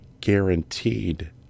guaranteed